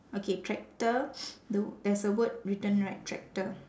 okay tractor the w~ there's a word written right tractor